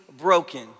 broken